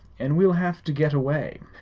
and we'll have to get away.